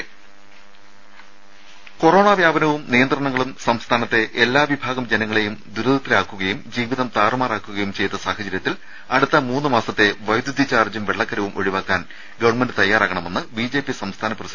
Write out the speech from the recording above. ടെട്ട corona വ്യാപനവും നിയന്ത്രണങ്ങളും സംസ്ഥാനത്തെ എല്ലാ വിഭാഗം ജനങ്ങളെയും ദുരിതത്തിലാക്കുകയും ജീവിതം താറുമാറാക്കുകയും ചെയ്ത സാഹചര്യത്തിൽ അടുത്ത മൂന്ന് മാസത്തെ വൈദ്യുതിചാർജും വെള്ളക്കരവും ഒഴിവാക്കാൻ ഗവൺമെന്റ് തയ്യാറാകണമെന്ന് ബിജെപി സംസ്ഥാന പ്രസിഡന്റ് കെ